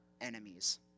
enemies